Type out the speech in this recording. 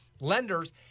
lenders—